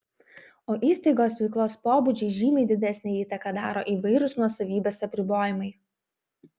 o įstaigos veiklos pobūdžiui žymiai didesnę įtaką daro įvairūs nuosavybės apribojimai